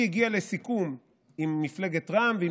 היא הגיעה לסיכום עם מפלגת רע"מ ועם